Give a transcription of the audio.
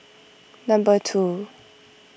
number two